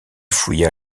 fouilla